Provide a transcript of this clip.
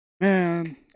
man